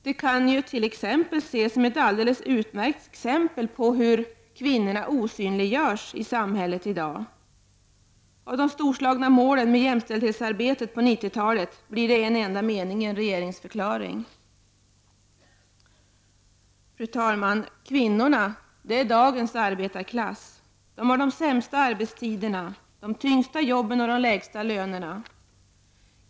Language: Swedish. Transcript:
Det kan ses som ett alldeles utmärkt exempel på hur kvinnor osynliggörs i samhället i dag. Av de storslagna målen med jämställdhetsarbetet på 1990-talet blir det en enda mening i en regeringsförklaring! Fru talman! Kvinnorna är dagens arbetarklass. De har de sämsta arbetstiderna, de tyngsta jobben och de lägsta lönerna.